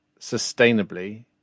sustainably